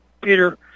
Peter